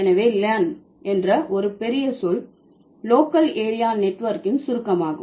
எனவே லேன் என்ற ஒரு பெரிய சொல் லோக்கல் ஏரியா நெட்வொர்க்கின் சுருக்கமாகும்